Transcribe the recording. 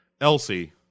Elsie